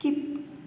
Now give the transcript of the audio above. skip